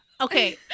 Okay